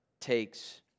takes